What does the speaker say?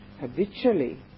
habitually